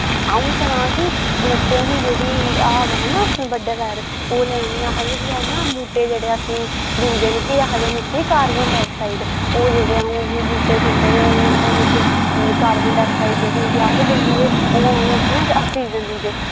अ'ऊं सनां कि बूह्टें दी जेह्ड़ी हवा न असें बड्डै पैह्र ओह् लैनी आखदे बी हैन न बूह्टे जेह्ड़े असें दिंदे न केह् आखदे न उसी कार्बनडाईक्साईड ओह् जेह्ड़े असें बूह्टे दिंदे ते उं'दे बिच्च कार्बनडाईक्साईड जेह्ड़ी होंदी अस दिन्ने ते ओह् असेंगी आक्सीजन दिंदे